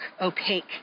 opaque